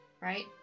Right